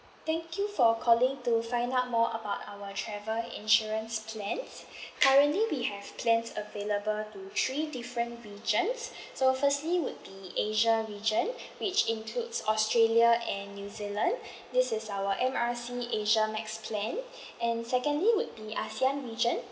thank you for calling to find out more about our travel insurance plan currently we have plans available to three different regions so firstly would be asia region which includes australia and new zealand this is our M R C asia max plan and secondly would be ASEAN region